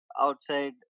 outside